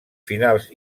finals